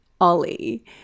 Ollie